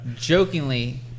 jokingly